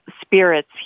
spirits